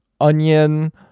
Onion